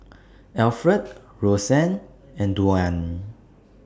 Alfred Roseanne and Dwan